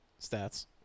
stats